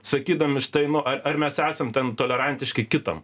sakydami štai nu ar mes esam ten tolerantiški kitam